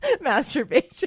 masturbation